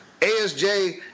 ASJ